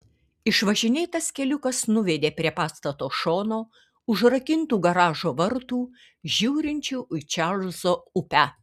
išvažinėtas keliukas nuvedė prie pastato šono užrakintų garažo vartų žiūrinčių į čarlzo upę